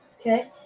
okay